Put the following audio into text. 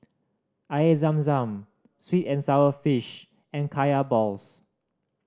Air Zam Zam sweet and sour fish and Kaya balls